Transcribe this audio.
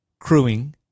crewing